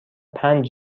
پنج